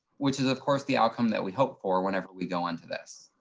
which is, of course, the outcome that we hope for whenever we go onto this.